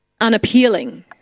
unappealing